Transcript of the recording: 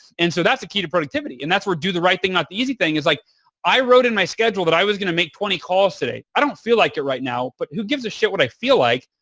and so, that's the key to productivity and that we'll do the right thing, not the easy thing. it's like i wrote in my schedule that i was going to make twenty calls today. i don't feel like it right now but who gives a shit what i feel like?